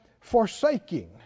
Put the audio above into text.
forsaking